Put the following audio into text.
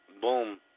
Boom